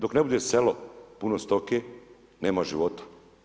Dok ne bude selo puno stoke, nema života.